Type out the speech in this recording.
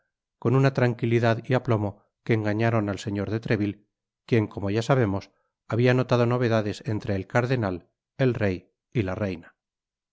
con una tranquilidad y aplomo que engañaron al señor de treville quien como ya sabemos habia notado novedades entre el cardenal el rey y la reina